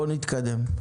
בואו נתקדם.